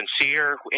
sincere